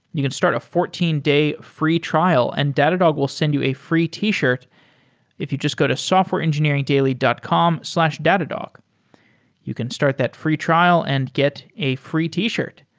you can start a fourteen day free trial and datadog will send you a free t-shirt if you just go to softwareengineeringdaily dot com slash datadog you can start that free trial and get a free t-shirt.